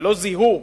לא זיהו.